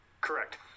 Correct